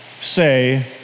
say